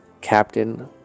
captain